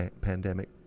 pandemic